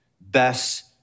best